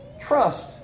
trust